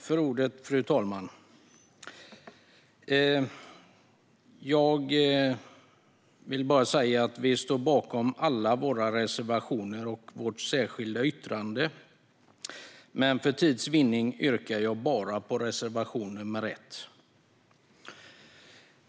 Fru talman! Jag vill säga att vi står bakom alla våra reservationer och vårt särskilda yttrande, men för tids vinnande yrkar jag bifall bara till reservation 1.